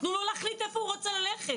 תנו לו להחליט לאיפה הוא רוצה ללכת.